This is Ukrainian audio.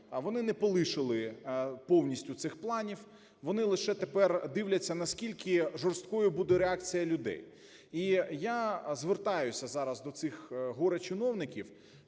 вони не полишили повністю цих планів, вони лише тепер дивляться наскільки жорсткою буде реакція людей. І я звертаюся зараз до цих горе-чиновників.